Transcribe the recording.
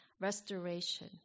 restoration